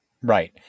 right